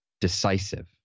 decisive